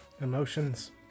emotions